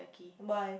why